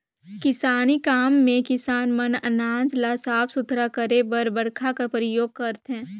किसानी काम मे किसान मन अनाज ल साफ सुथरा करे बर पंखा कर परियोग करथे